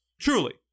Truly